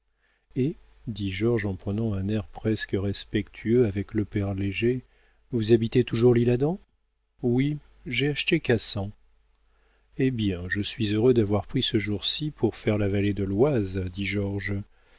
et dit georges en prenant un air presque respectueux avec le père léger vous habitez toujours l'isle-adam oui j'ai acheté cassan eh bien je suis heureux d'avoir pris ce jour ci pour faire la vallée de l'oise dit georges